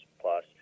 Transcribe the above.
plus